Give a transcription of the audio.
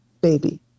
baby